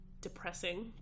depressing